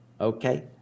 okay